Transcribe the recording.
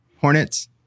Hornets